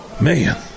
Man